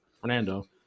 Fernando